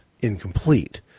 incomplete